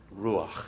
ruach